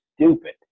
stupid